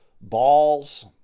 balls